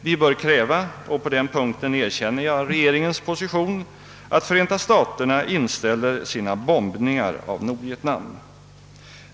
Vi bör kräva — och på denna punkt accepterar jag regeringens position — att Förenta staterna inställer sina bombningar av Nordvietnam.